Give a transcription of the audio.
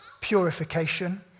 purification